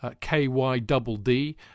K-Y-Double-D